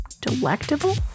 Delectable